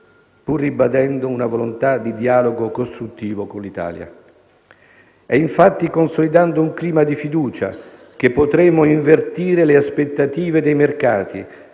pur ribadendo una volontà di dialogo costruttivo con l'Italia. È infatti consolidando un clima di fiducia che potremo invertire le aspettative dei mercati,